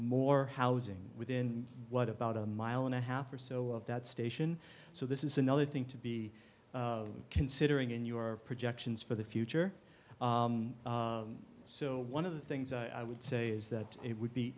more housing within what about a mile and a half or so of that station so this is another thing to be considering in your projections for the future so one of the things i would say is that it would be